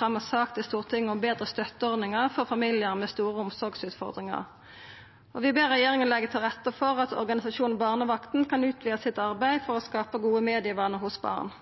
fremme sak til Stortinget om bedre støtteordninger for familier med store omsorgsutfordringer.» «Stortinget ber regjeringen legge til rette for at organisasjonen Barnevakten kan utvide sitt arbeid for å skape gode medievaner hos barn.»